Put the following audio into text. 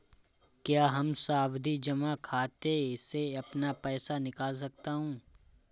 क्या हम सावधि जमा खाते से अपना पैसा निकाल सकते हैं?